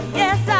yes